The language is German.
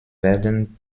werden